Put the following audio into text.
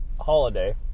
holiday